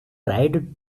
tried